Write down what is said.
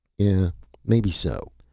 yeah maybe so,